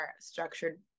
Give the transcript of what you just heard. structured